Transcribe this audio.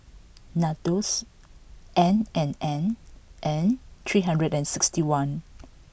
Nandos N and N and three hundred and sixty one